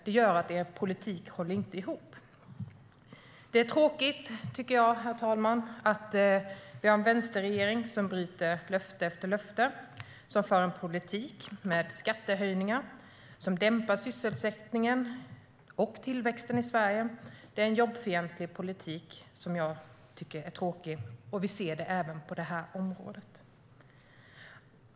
Det innebär att er politik inte håller ihop. Det är tråkigt, herr talman, att vi har en vänsterregering som bryter löfte efter löfte, som för en politik med skattehöjningar, som dämpar sysselsättningen och tillväxten i Sverige. Det är en jobbfientlig politik som jag tycker är tråkig. Vi ser det även på det här området.